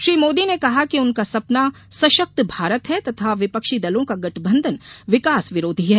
श्री मोदी ने कहा कि उनका सपना सशक्त भारत है तथा विपक्षी दलों का गठबंधन विकास विरोधी है